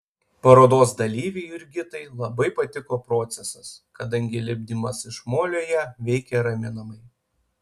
parodos dalyvei jurgitai labai patiko procesas kadangi lipdymas iš molio ją veikė raminamai